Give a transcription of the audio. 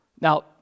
Now